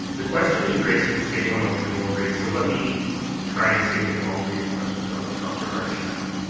the question that you raised is the same one alderman lowe raised. so let me try and state it baldly as a question to dr. hargesheimer.